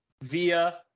via